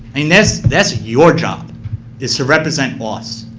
and that's that's your job is to represent us.